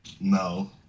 no